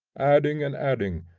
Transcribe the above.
adding and adding,